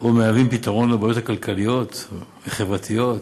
או פתרון לבעיות כלכליות וחברתיות,